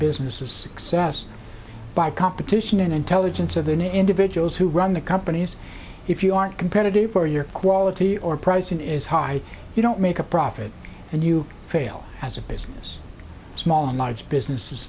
businesses excess by competition and intelligence of the individuals who run the companies if you aren't competitive for your quality or pricing is high you don't make a profit and you fail as a business small and large businesses